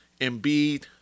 Embiid